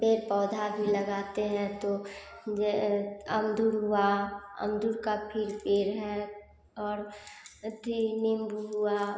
पेड़ पौधा भी लगाते हैं तो जो अमदूर हुआ अमदूर का फिर पेड़ है और अथी नींबू हुआ